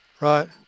right